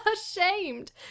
ashamed